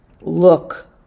look